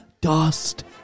Dust